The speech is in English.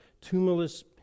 tumulus